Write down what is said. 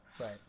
Right